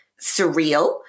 surreal